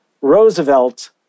Roosevelt